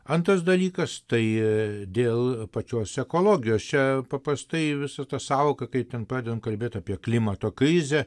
antras dalykas tai dėl pačios ekologijos čia paprastai visa ta sąvoka kai ten padedam kalbėt apie klimato krizę